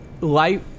life